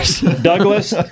Douglas